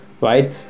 Right